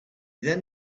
then